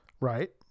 right